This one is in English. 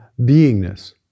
beingness